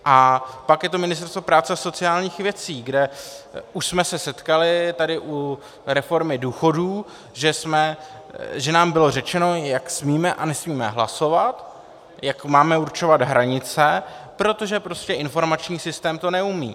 A pak je tu Ministerstvo práce a sociálních věcí, kde už jsme se setkali tady u reformy důchodů, že nám bylo řečeno, jak smíme a nesmíme hlasovat, jak máme určovat hranice, protože prostě informační systém to neumí.